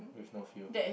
with no fuel